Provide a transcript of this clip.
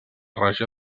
regió